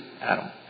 Adam